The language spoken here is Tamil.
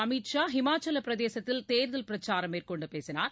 அமீத் ஷா இமாகவப் பிரதேசத்தில் தேர்தல் பிரச்சாரம் மேற்கொண்டு பேசினார்